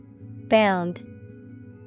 Bound